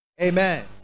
Amen